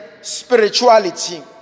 spirituality